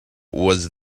was